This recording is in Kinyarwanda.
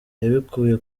yabikuye